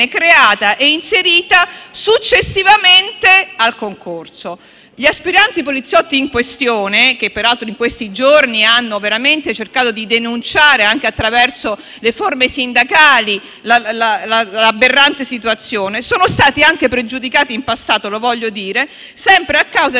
creata e inserita successivamente al concorso. Gli aspiranti poliziotti in questione, che peraltro in questi giorni hanno cercato di denunciare anche attraverso le forme sindacali l'aberrante situazione, sono stati pregiudicati anche in passato - lo voglio dire - sempre a causa di